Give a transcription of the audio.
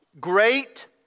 great